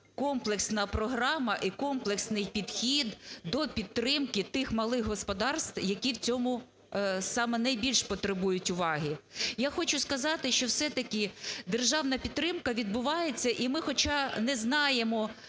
комплексна програма і комплексний підхід до підтримки тих малих господарств, які в цьому саме найбільш потребують уваги. Я хочу сказати, що все-таки державна підтримка відбувається, і ми хоча не знаємо…